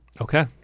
Okay